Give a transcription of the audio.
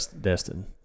Destin